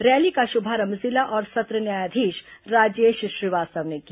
rally का शुभारंभ जिला और सत्र न्यायाधीश राजेश श्रीवास्तव ने किया